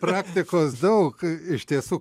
praktikos daug iš tiesų